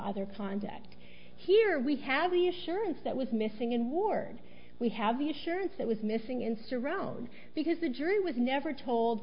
other find that here we have the assurance that was missing in ward we have the assurance that was missing in surround because the jury was never told